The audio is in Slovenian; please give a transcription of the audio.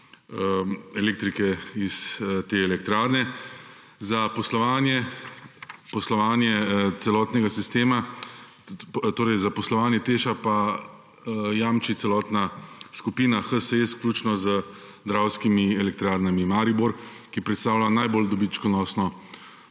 celotnega sistema, torej za poslovanje TEŠ pa jamči celotna skupina HSE, vključno z Dravskimi elektrarnami Maribor, ki predstavlja najbolj dobičkonosno